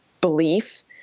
belief